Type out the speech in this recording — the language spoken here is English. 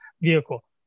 vehicle